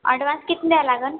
advance किती द्यावं लागेल